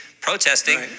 protesting